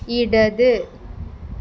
ഇടത്